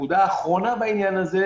נקודה אחרונה בעניין הזה,